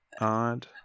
odd